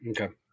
Okay